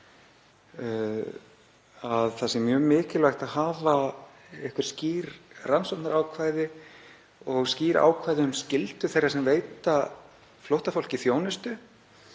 að það sé mjög mikilvægt að hafa einhver skýr rannsóknarákvæði og skýr ákvæði um skyldu þeirra sem veita flóttafólki þjónustu